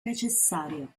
necessario